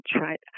right